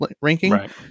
ranking